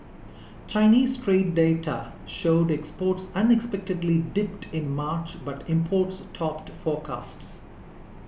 Chinese trade data showed exports unexpectedly dipped in March but imports topped forecasts